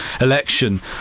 election